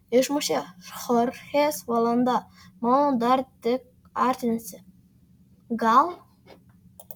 išmušė chorchės valanda mano dar tik artinasi gal